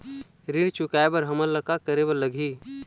ऋण चुकाए बर हमन ला का करे बर लगही?